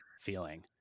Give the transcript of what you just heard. feeling